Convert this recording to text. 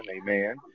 amen